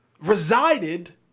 resided